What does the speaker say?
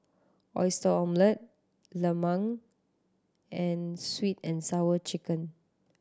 Oyster Omelette lemang and Sweet And Sour Chicken